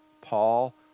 Paul